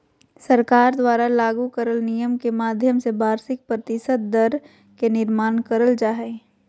सरकार द्वारा लागू करल नियम के माध्यम से वार्षिक प्रतिशत दर के निर्माण करल जा हय